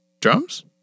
drums